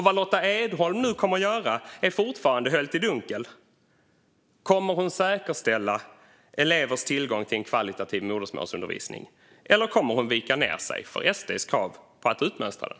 Vad Lotta Edholm nu kommer att göra är fortfarande höljt i dunkel. Kommer hon att säkerställa elevers tillgång till en kvalitativ modersmålsundervisning eller kommer hon att vika ned sig för SD:s krav på att utmönstra den?